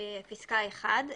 פסקה (1).